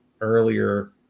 earlier